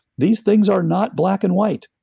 these things are not black and white.